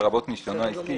לרבות ניסיונו העסקי,